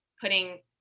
putting